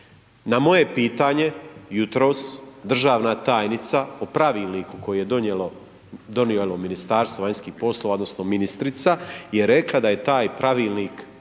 na moje pitanje, jutros, državna tajnica, popravila koje je donijelo Ministarstvo vanjskih poslova, odnosno, ministrica, je rekla da je taj pravilnik